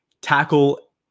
Tackle